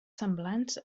semblants